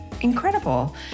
incredible